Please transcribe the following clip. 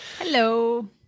Hello